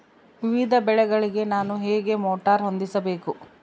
ವಿವಿಧ ಬೆಳೆಗಳಿಗೆ ನಾನು ಹೇಗೆ ಮೋಟಾರ್ ಹೊಂದಿಸಬೇಕು?